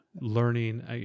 learning